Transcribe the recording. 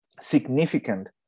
significant